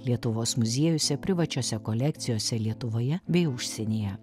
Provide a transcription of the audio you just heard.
lietuvos muziejuose privačiose kolekcijose lietuvoje bei užsienyje